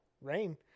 Rain